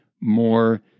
more